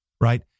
right